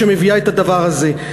שמביאה את הדבר הזה.